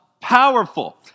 powerful